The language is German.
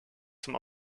zum